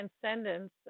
transcendence